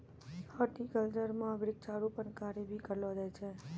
horticulture म वृक्षारोपण कार्य भी करलो जाय छै